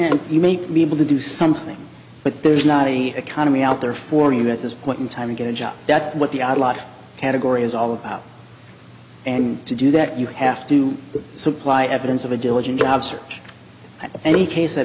and you may be able to do something but there's not a economy out there for you at this point in time to get a job that's what the i like category is all about and to do that you have to supply evidence of a diligent job search any case that